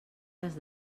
les